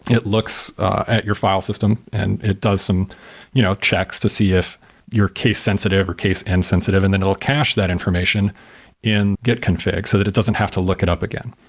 it looks at your file system and it does some you know checks to see if your case sensitive or case and insensitive, and then it'll cache that information in git config, so that it doesn't have to look it up again.